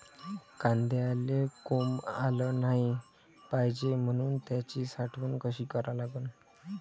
कांद्याले कोंब आलं नाई पायजे म्हनून त्याची साठवन कशी करा लागन?